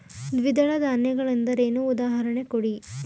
ದ್ವಿದಳ ಧಾನ್ಯ ಗಳೆಂದರೇನು, ಉದಾಹರಣೆ ಕೊಡಿ?